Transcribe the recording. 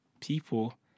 people